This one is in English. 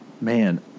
Man